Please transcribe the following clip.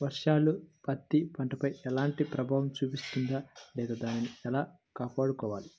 వర్షాలు పత్తి పంటపై ఎలాంటి ప్రభావం చూపిస్తుంద లేదా దానిని ఎలా కాపాడుకోవాలి?